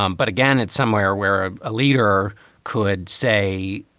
um but again, it's somewhere where ah a leader could say,